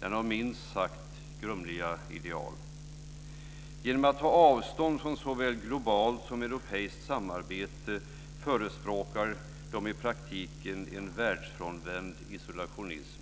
Den har minst sagt grumliga ideal. Genom att ta avstånd från såväl globalt som europeiskt samarbete förespråkar man i praktiken en världsfrånvänd isolationism.